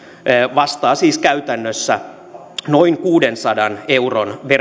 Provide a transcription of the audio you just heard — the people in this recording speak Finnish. vastaa siis käytännössä noin kuudensadan euron